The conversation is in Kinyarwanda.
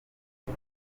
ejo